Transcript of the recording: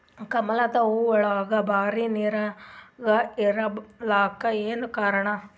ಕಮಲದ ಹೂವಾಗೋಳ ಬರೀ ನೀರಾಗ ಇರಲಾಕ ಏನ ಕಾರಣ ಅದಾ?